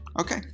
Okay